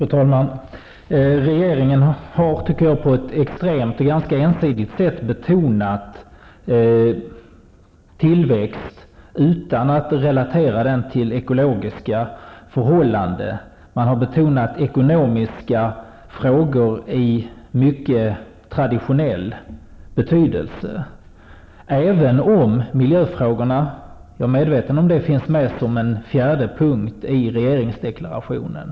Fru talman! Jag tycker att regeringen på ett extremt och ganska ensidigt sätt har betonat tillväxt, utan att relatera denna till ekologiska förhållanden. Man har betonat ekonomiska frågor i mycket traditionell betydelse, även om miljöfrågorna -- jag är medveten om det -- finns med som en fjärde punkt i regeringsdeklarationen.